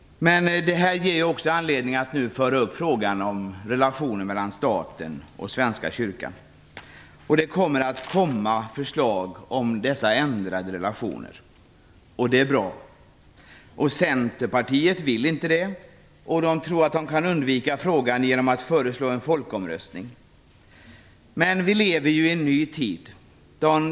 Det här ger också anledning att nu ta upp frågan om relationen mellan staten och svenska kyrkan. Det kommer att läggas fram förslag om dessa ändrade relationer. Det är bra. Centerpartiet vill inte att relationen ändras. Man tror att man kan undvika frågan genom att föreslå en folkomröstning. Men vi lever i en ny tid.